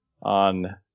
on